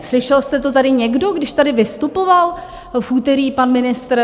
Slyšel jste to tady někdo, když tady vystupoval v úterý pan ministr?